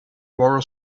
borrow